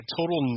total